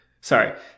Sorry